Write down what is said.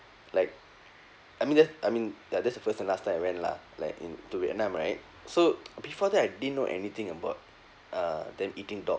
like I mean th~ I mean ya that's the first and last time I went lah like in to vietnam right so before that I didn't know anything about uh them eating dogs